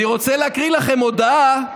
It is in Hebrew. אני רוצה להקריא לכם הודעה,